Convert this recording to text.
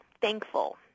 thankful